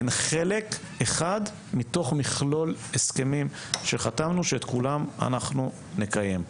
הן חלק אחד מתוך מכלול הסכמים שחתמנו שאת כולם אנחנו נקיים.